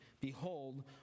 behold